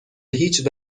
هیچ